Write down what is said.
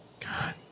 God